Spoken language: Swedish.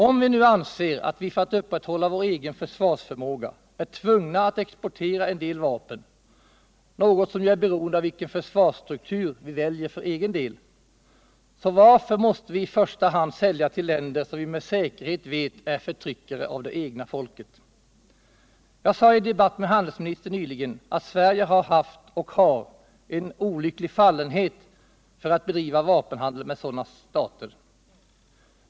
Om vi nu anser att vi för att upprätthålla vår egen försvarsförmåga är tvungna att exportera en del vapen, något som ju är beroende av vilka försvarsstrukturer vi väljer för egen del, så varför i all världen måste vi i första hand sälja till länder som vi med säkerhet vet är förtryckare av det egna folket? Jag sade i en debatt med handelsministern nyligen, att Sverige har haft och haren ”olycklig falienhet” för att bedriva vapenhandel med sådana stater.